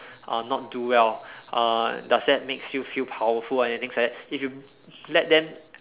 uh not do well uh does that makes you feel powerful or anything like that if you let them